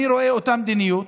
אני רואה אותה מדיניות,